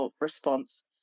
response